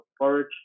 porridge